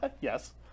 Yes